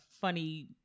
funny